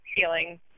feeling